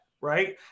right